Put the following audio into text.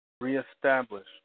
reestablish